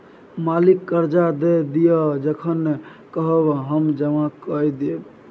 मालिक करजा दए दिअ जखन कहब हम जमा कए देब